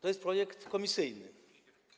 To jest projekt komisyjny.